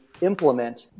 implement